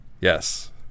yes